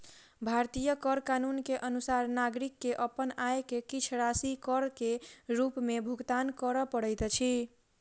भारतीय कर कानून के अनुसार नागरिक के अपन आय के किछ राशि कर के रूप में भुगतान करअ पड़ैत अछि